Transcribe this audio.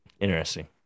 Interesting